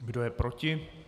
Kdo je proti?